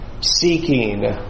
seeking